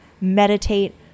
meditate